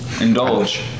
indulge